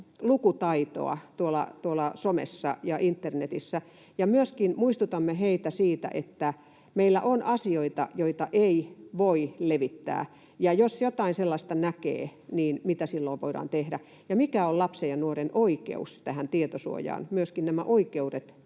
lukutaitoa tuolla somessa ja internetissä ja myöskin muistutamme heitä siitä, että meillä on asioita, joita ei voi levittää, ja kerromme, että jos jotain sellaista näkee, niin mitä silloin voidaan tehdä, ja mikä on lapsen ja nuoren oikeus tähän tietosuojaan. Nämä oikeudet